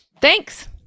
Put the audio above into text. Thanks